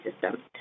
system